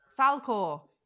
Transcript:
falcor